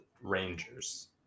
Rangers